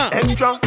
extra